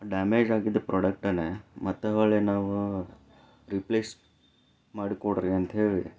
damage ಆಗಿದ್ದ ಪ್ರಾಡಕ್ಟನ್ನು ಮತ್ತೆ ಹೊಳ್ಳಿ ನಾವು ರಿಪ್ಲೇಸ್ ಮಾಡಿ ಕೊಡಿರಿ ಅಂತ್ಹೇಳಿ